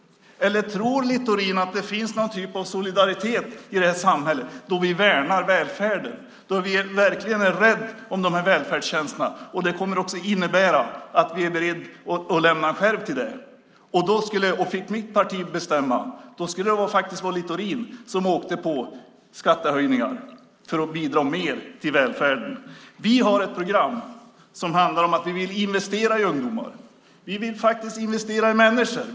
Tror Littorin att det finns en typ av solidaritet i det här samhället då vi värnar välfärden och är rädda om välfärdstjänsterna och att det innebär att vi är beredda att lämna en skärv till det? Fick mitt parti bestämma skulle det vara Littorin som åkte på skattehöjningar för att bidra mer till välfärden. Vi har ett program som handlar om att vi vill investera i ungdomar. Vi vill investera i människor.